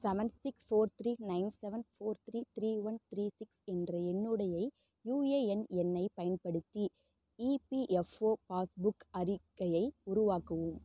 seven six four three nine seven four three three one three six என்ற என்னுடைய UAN எண்ணைப் பயன்படுத்தி EPFO passbook அறிக்கையை உருவாக்கவும்